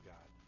God